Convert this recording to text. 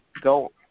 go